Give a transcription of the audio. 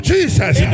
Jesus